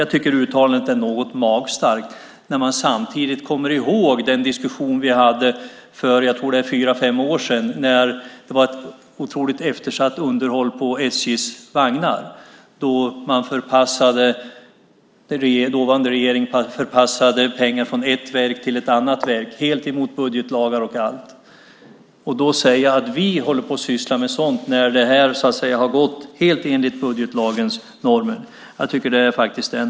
Jag tycker att det uttalandet är något magstarkt när man samtidigt minns den diskussion vi hade för fyra fem år sedan om det oerhört eftersatta underhållet på SJ:s vagnar. Då förpassade den dåvarande regeringen pengar från ett verk till ett annat, helt emot budgetlagar och allt. Att då säga att vi sysslar med sådant när allt gått helt enligt budgetlagens normer är något magstarkt.